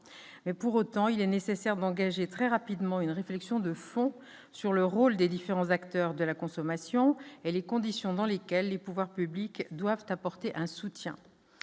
mais pour autant il est nécessaire d'engager très rapidement une réflexion de fond sur le rôle des différents acteurs de la consommation et les conditions dans lesquelles les pouvoirs publics doivent apporter un soutien,